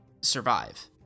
survive